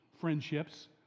friendships